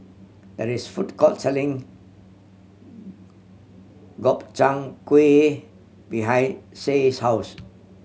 there is a food court selling Gobchang Gui behind Shay's house